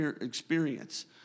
experience